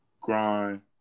grind